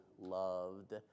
Loved